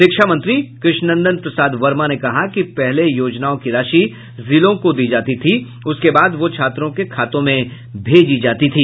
शिक्षा मंत्री कृष्ण नंदन प्रसाद वर्मा ने कहा कि पहले योजनाओं की राशि जिलों को दी जाती थी उसके बाद वह छात्रों के खातों में भेजी जाती थी